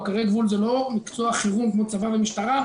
בקרי גבול זה לא מקצוע חירום כמו צבא ומשטרה,